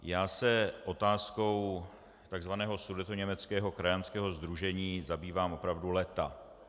Já se otázkou tzv. Sudetoněmeckého krajanského sdružení zabývám opravdu léta.